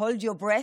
hold your breath,